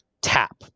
tap